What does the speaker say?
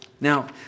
Now